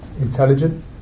intelligent